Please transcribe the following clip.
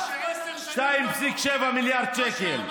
2.7 מיליארד שקל.